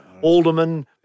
Alderman